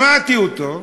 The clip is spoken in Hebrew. שמעתי אותו,